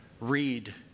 read